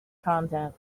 content